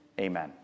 Amen